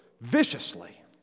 viciously